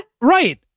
Right